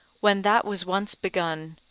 when that was once begun,